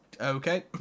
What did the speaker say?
Okay